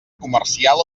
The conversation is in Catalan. comercial